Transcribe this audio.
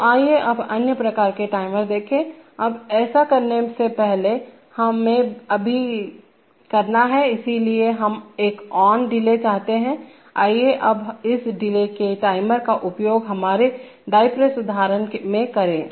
तो आइए अब अन्य प्रकार के टाइमर देखें अब ऐसा करने से पहले हमें अभी करना है इसलिए हम एक ऑन डिले चाहते हैं आइए अब इस डिले के टाइमर का उपयोग हमारे डाई प्रेस उदाहरण में करें